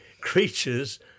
creatures